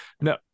No